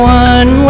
one